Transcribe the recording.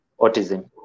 autism